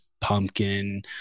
pumpkin